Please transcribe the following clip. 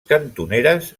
cantoneres